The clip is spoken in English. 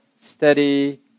steady